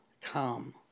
come